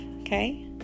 okay